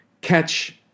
catch